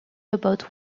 about